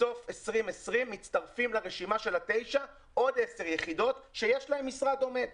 בסוף 2020 מצטרפות לרשימה של התשע עוד עשר יחידות שיש להן משרד עומד.